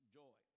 joy